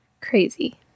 Crazy